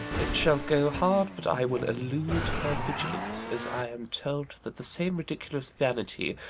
it shall go hard but i will elude her vigilance, as i am told that the same ridiculous vanity,